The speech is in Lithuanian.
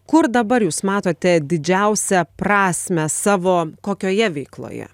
kur dabar jūs matote didžiausią prasmę savo kokioje veikloje